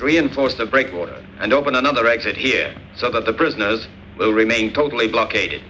reinforce the breakwater and open another exit here so that the prisoners will remain totally blockaded